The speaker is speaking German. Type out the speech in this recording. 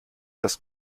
dass